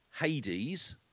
Hades